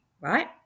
right